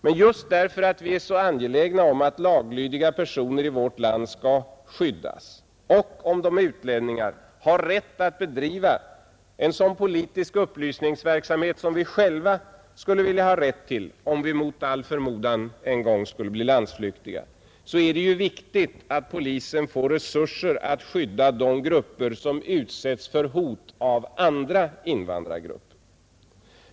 Men just därför att vi är så angelägna att laglydiga personer i vårt land skall skyddas och — om de är utlänningar — ha rätt att bedriva en sådan politisk upplysningsverksamhet som vi själva skulle vilja ha rätt till om vi mot all förmodan en gång skulle bli landsflyktiga, är det ju viktigt att polisen får resurser att skydda dem som är särskilt utsatta för hot av andra invandrargrupper.